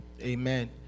Amen